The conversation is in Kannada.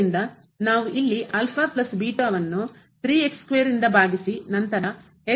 ಆದ್ದರಿಂದ ನಾವು ಇಲ್ಲಿ ಅನ್ನು ರಿಂದ ಭಾಗಿಸಿ ನಂತರ